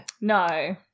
No